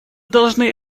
должны